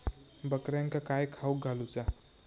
बकऱ्यांका काय खावक घालूचा?